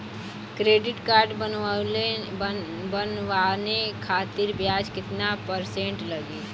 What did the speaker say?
Credit card बनवाने खातिर ब्याज कितना परसेंट लगी?